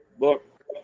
Look